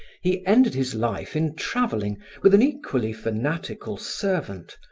he ended his life in travelling, with an equally fanatical servant,